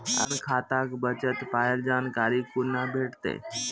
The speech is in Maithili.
अपन खाताक बचल पायक जानकारी कूना भेटतै?